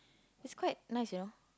it's quite nice you know